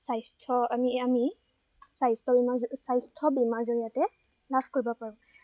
স্বাস্থ্য আমি আমি স্বাস্থ্য বীমাৰ স্বাস্থ্য বীমাৰ জৰিয়তে লাভ কৰিব পাৰোঁ